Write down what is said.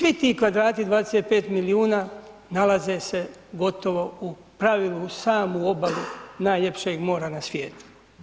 Vi ti kvadrati, 25 milijuna nalaze se gotovo u pravilu uz samu obalu najljepšeg mora na svijetu.